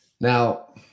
Now